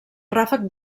ràfec